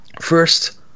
first